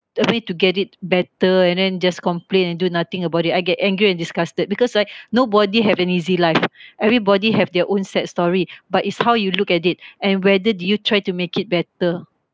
the way to get it better and then just complain and do nothing about it I get angry and disgusted because like nobody have an easy life everybody have their own sad story but it's how you look at it and whether did you try to make it better